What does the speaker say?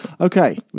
Okay